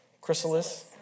chrysalis